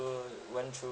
went through